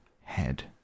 head